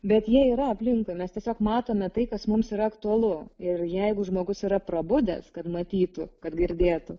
bet jie yra aplinkui mes tiesiog matome tai kas mums yra aktualu ir jeigu žmogus yra prabudęs kad matytų kad girdėtų